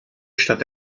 stand